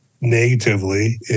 negatively